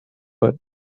foot